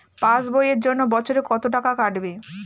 Pass বইয়ের জন্য বছরে কত টাকা কাটবে?